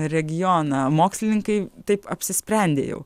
regioną mokslininkai taip apsisprendė jau